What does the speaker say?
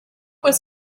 was